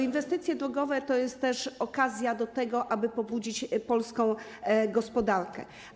Inwestycje drogowe to jest też okazja do tego, aby pobudzić polską gospodarkę.